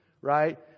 right